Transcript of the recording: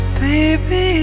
baby